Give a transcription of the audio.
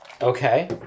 Okay